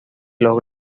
los